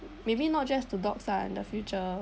maybe not just to dogs ah and the future